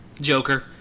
Joker